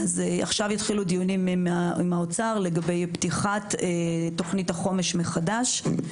עכשיו התחילו דיונים עם משרד האוצר לגבי פתיחת תוכנית החומש מחדש.